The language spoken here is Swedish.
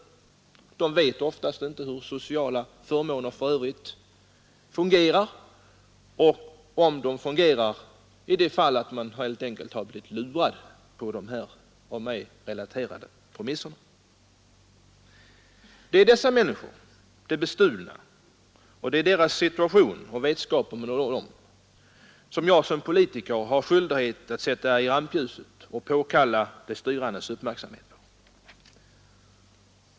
Dessa människor vet oftast inte hur sociala förmåner i övrigt fungerar och om man kan få hjälp den vägen i de fall när man har blivit lurad på de av mig relaterade premisserna. Det är de bestulnas situation som jag som politiker har skyldighet att sätta i rampljuset, och det är för deras räkning jag vill påkalla de styrandes uppmärksamhet.